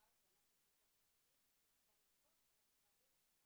חשד ואנחנו עושים את התחקיר אפשר לקבוע שאנחנו נעביר את זה,